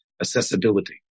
accessibility